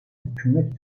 hükümet